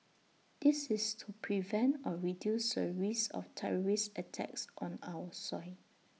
this is to prevent or reduce the risk of terrorist attacks on our soil